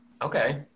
Okay